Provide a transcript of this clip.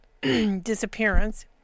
disappearance